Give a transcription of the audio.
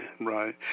Right